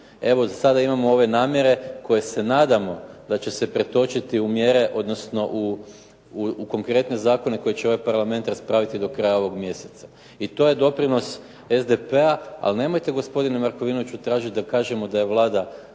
Evo, za sada imamo ove namjere koje se nadamo da će se pretočiti u mjere odnosno u konkretne zakone koje će ovaj parlament raspraviti do kraja ovog mjeseca. I to je doprinos SDP-a ali nemojte gospodine Markovinoviću tražiti da kažemo da je Vlada